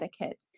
etiquette